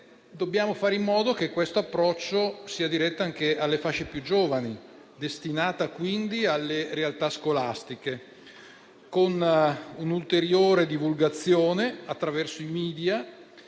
dobbiamo però fare in modo che esso sia diretto anche alle fasce più giovani e destinato quindi alle realtà scolastiche, con un'ulteriore divulgazione attraverso i *media*: